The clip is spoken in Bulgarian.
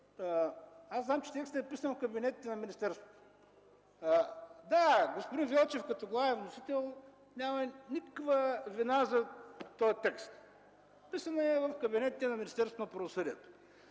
аз знам, че текстът е писан в кабинетите на министерството. Да, господин Велчев, като главен вносител, няма никаква вина за този текст – писан е в кабинетите на Министерството на правосъдието.